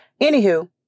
anywho